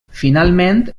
finalment